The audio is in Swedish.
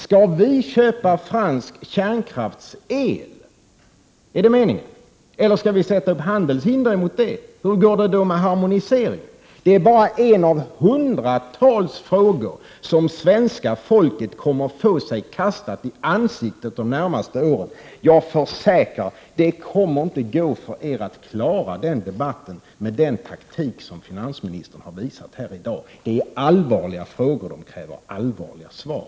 Skall vi köpa fransk kärnkraftsel, är det meningen, eller skall vi sätta upp handelshinder mot detta? Hur går det då med harmoniseringen? Detta är bara en av hundratals frågor som svenska folket kommer att få sig kastade i ansiktet de närmaste åren. Jag försäkrar: Det kommer inte att gå för er att klara den debatten med den taktik som finansministern har visat här i dag! Detta är allvarliga frågor, och de kräver allvarliga svar.